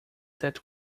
that